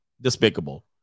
despicable